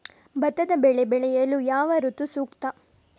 ಭತ್ತದ ಬೆಳೆ ಬೆಳೆಯಲು ಯಾವ ಋತು ಸೂಕ್ತ?